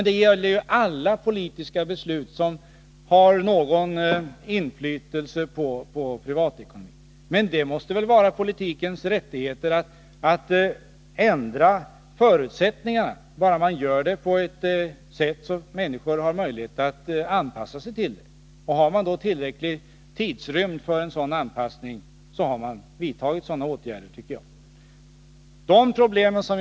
Det gäller alla politiska beslut som har något inflytande på privatekonomin. Det måste vara politikernas rättighet att ändra förutsättningarna på olika områden, bara det sker på ett sådant sätt att människorna har möjlighet att anpassa sig till dem. Har man då givit människorna tillräcklig tidsrymd för en sådan anpassning, så har också de ändrade förutsättningarna genomförts på ett riktigt sätt.